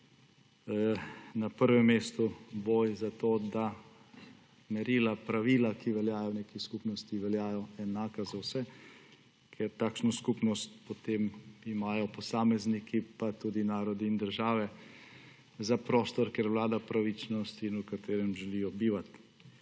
na prvem mestu, boj za to, da merila, pravila, ki veljajo v neki skupnosti, veljajo enaka za vse. Ker takšno skupnost imajo potem posamezniki pa tudi narodi in države za prostor, kjer vlada pravičnost in v katerem želijo bivati.